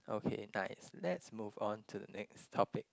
okay nice let's move on to the next topic